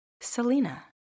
Selena